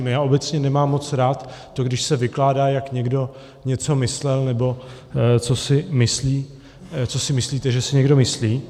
Já obecně nemám moc rád to, když se vykládá, jak někdo něco myslel, nebo co si myslíte, že si někdo myslí.